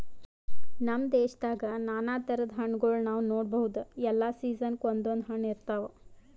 ನಮ್ ದೇಶದಾಗ್ ನಾನಾ ಥರದ್ ಹಣ್ಣಗೋಳ್ ನಾವ್ ನೋಡಬಹುದ್ ಎಲ್ಲಾ ಸೀಸನ್ಕ್ ಒಂದೊಂದ್ ಹಣ್ಣ್ ಇರ್ತವ್